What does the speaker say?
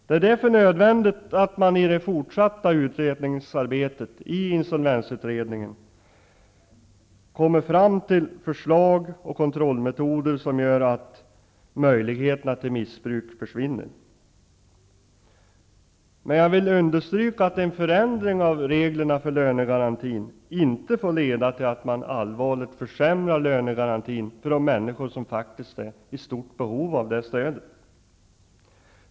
Det är därför nödvändigt att man i det fortsatta arbetet i insolvensutredningen kommer fram till sådana förslag och kontrollmetoder att möjligheterna till missbruk försvinner. Jag vill understryka att en förändring av reglerna för lönegarantin inte får leda till att lönegarantin försämras allvarligt för de människor som har stort behov av stödet.